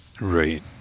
Right